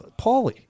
Paulie